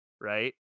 right